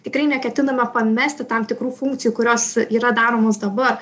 tikrai neketinama pamesti tam tikrų funkcijų kurios yra daromos dabar